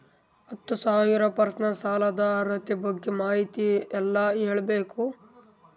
ಹತ್ತು ಸಾವಿರ ಪರ್ಸನಲ್ ಸಾಲದ ಅರ್ಹತಿ ಬಗ್ಗೆ ಮಾಹಿತಿ ಎಲ್ಲ ಕೇಳಬೇಕು?